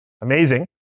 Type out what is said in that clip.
Amazing